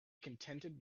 contented